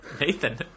Nathan